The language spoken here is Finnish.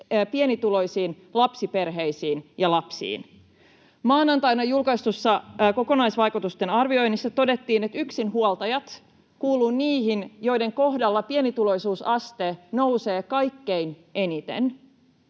pienituloisiin lapsiperheisiin ja lapsiin. Maanantaina julkaistussa kokonaisvaikutusten arvioinnissa todettiin, että yksinhuoltajat kuuluvat niihin, joiden kohdalla pienituloisuusaste nousee kaikkein eniten